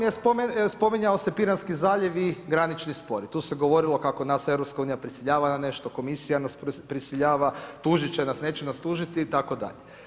Jer spominjao se Piranski zaljev i granični spor i tu se govorilo kako nas EU prisiljava na nešto, Komisija nas prisiljava, tužit će nas, neće nas tužiti itd.